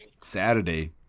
Saturday